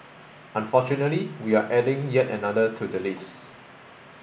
unfortunately we're adding yet another to the list